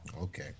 Okay